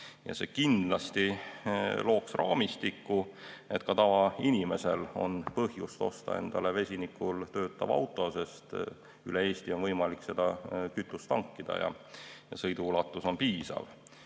See kindlasti looks raamistiku, et ka tavainimesel oleks põhjust osta endale vesinikul töötav auto, sest üle Eesti on võimalik seda kütust tankida ja sõiduulatus on piisav.